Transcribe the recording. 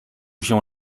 się